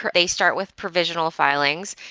they start with provisional filings,